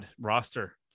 roster